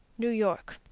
new york.